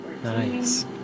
Nice